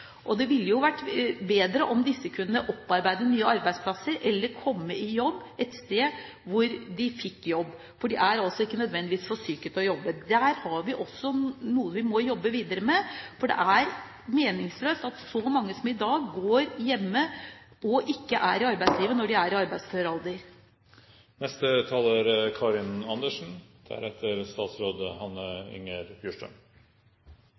Det ville jo vært bedre om disse kunne opparbeide nye arbeidsplasser, eller komme til et sted hvor de fikk jobb. For de er ikke nødvendigvis for syke til å jobbe. Her har vi noe vi må jobbe videre med, for det er meningsløst at så mange som i dag går hjemme og ikke er i arbeidslivet når de er i arbeidsfør alder. Det denne saken i hovedsak handler om, er